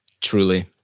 truly